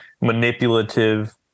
manipulative